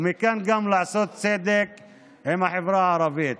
ומכאן גם לעשות צדק עם החברה הערבית.